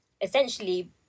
essentially